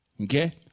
Okay